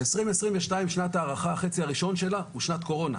ו-2022 שנת הערכה החצי הראשון שלה, זה שנת קורונה.